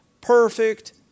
perfect